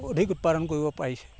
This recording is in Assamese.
অধীক উৎপাদন কৰিব পাৰি